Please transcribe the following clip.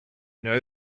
know